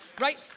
Right